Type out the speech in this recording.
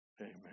amen